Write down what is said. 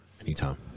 anytime